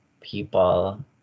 people